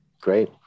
Great